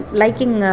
liking